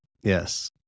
Yes